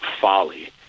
folly